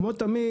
כמו תמיד,